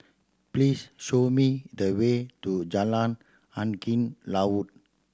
please show me the way to Jalan Angin Laut